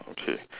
okay